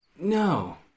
No